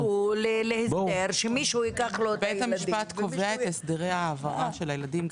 הם יגיעו להסדר שמישהו יביא לו את הילדים.